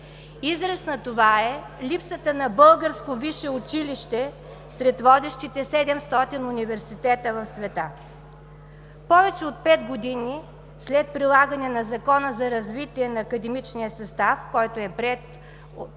Израз на това е липсата на българско висше училище сред водещите 700 университета в света. Повече от пет години след прилагане на Закона за развитие на академичния състав, който е приет през